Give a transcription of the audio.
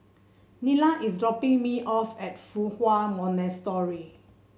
Nila is dropping me off at Fa Hua Monastery